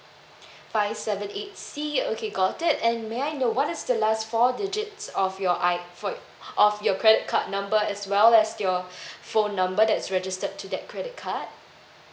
five seven eight C okay got it and may I know what is the last four digits of your I for of your credit card number as well as your phone number that's registered to that credit card